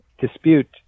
dispute